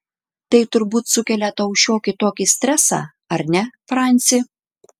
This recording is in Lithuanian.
tai turbūt sukelia tau šiokį tokį stresą ar ne franci